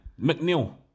McNeil